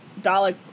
Dalek